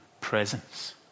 presence